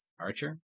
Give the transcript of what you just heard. Archer